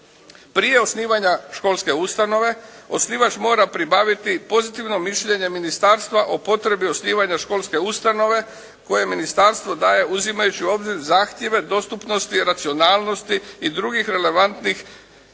prije osnivanja školske ustanove osnivač mora pribaviti pozitivno mišljenje ministarstva o potrebi osnivanja školske ustanove koje ministarstvo daje uzimajući u obzir, zahtjeve dostupnosti i racionalnosti i drugih relevantnih